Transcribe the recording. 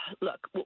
look